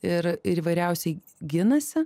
ir ir įvairiausiai ginasi